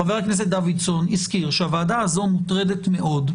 חבר הכנסת לשעבר דב ליטמן,